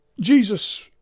Jesus